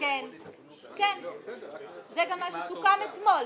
זה גם מה שסוכם אתמול.